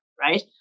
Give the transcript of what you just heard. right